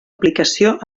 aplicació